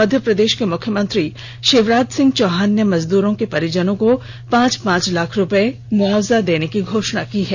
मध्य प्रदेष के मुख्यमंत्री षिवराज सिंह चौहान ने मजदूरो के परिजनों को पांच पांच लाख मुआवजा देने की घोषणा की है